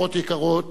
לכל העם.